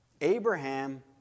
Abraham